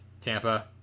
Tampa